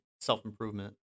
self-improvement